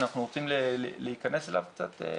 האם אנחנו רוצים להיכנס אליו קצת?